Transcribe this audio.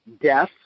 death